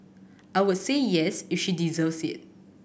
I would say yes if she deserves it